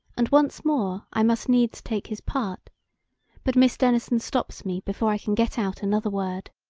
and once more i must needs take his part but miss denison stops me before i can get out another word.